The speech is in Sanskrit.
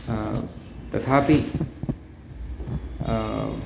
तथापि